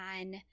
on